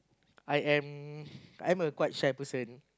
I am I'm a quite shy person